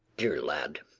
dear lad,